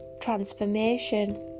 transformation